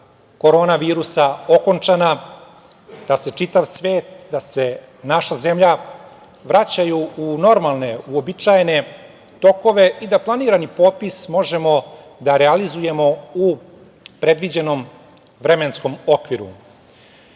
koronavirusa okončana, da se čitav svet, da se naša zemlja vraćaju u normalne, uobičajene tokove i da planirani popis možemo da realizujemo u predviđenom vremenskom okviru. Kako